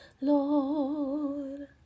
Lord